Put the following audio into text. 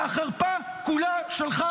והחרפה כולה שלך,